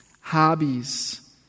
hobbies